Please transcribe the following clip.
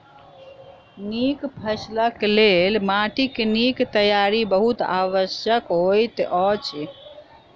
नीक फसिलक लेल माइटक नीक तैयारी बहुत आवश्यक होइत अछि